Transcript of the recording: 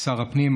ושר הפנים,